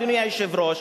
אדוני היושב-ראש,